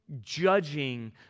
judging